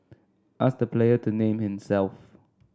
ask the player to name himself